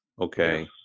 okay